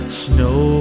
snow